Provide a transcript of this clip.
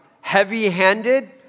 heavy-handed